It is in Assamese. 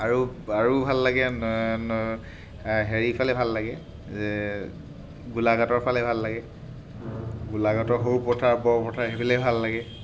আৰু আৰু ভাল লাগে হেৰিফালে ভাল লাগে গোলাঘাটৰ ফালে ভাল লাগে গোলাঘাটৰ সৰুপথাৰ বৰপথাৰ সেইফালে ভাল লাগে